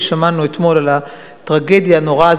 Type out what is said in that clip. ושמענו אתמול על הטרגדיה הנוראה,